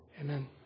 Amen